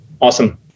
awesome